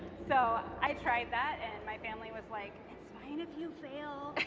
so i tried that, and my family was like, it's fine if you fail